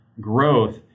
growth